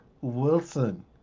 Wilson